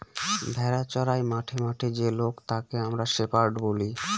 ভেড়া চোরাই মাঠে মাঠে যে লোক তাকে আমরা শেপার্ড বলি